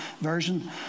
version